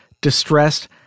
distressed